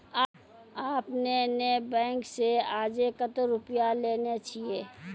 आपने ने बैंक से आजे कतो रुपिया लेने छियि?